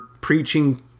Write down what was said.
preaching